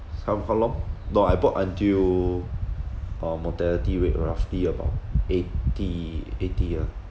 how how long no I bought until uh mortality rate roughly about eighty eighty ya